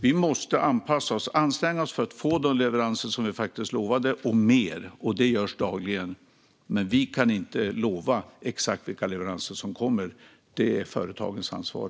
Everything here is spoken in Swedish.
Vi måste anstränga oss för att få de leveranser vi är lovade och mer, och det görs dagligen. Men vi kan inte säga exakt vilka leveranser som kommer, för det är företagens ansvar.